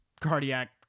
cardiac